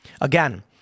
Again